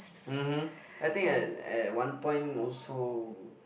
uh I think at at one point also